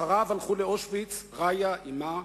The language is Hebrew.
אחריו הלכו לאושוויץ רעיה אמה,